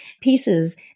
pieces